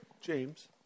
James